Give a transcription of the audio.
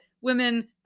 women